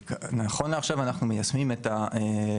נכון לעכשיו, אנחנו מיישמים את החלטות הממשלה.